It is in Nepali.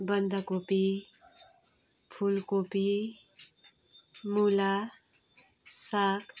बन्दाकोपी फुलकोपी मुला साग